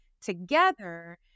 together